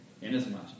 inasmuch